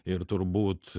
ir turbūt